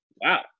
Wow